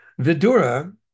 Vidura